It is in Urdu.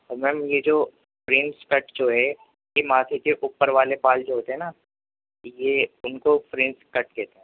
اور میم یہ جو فرینچ کٹ جو ہے یہ ماتھے کے اوپر والے بال جو ہوتے ہیں نا یہ ان کو فرینچ کٹ کہتے ہیں